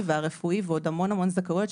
והרפואי ועוד המון המון זכאויות,